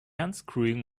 unscrewing